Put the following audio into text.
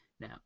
Now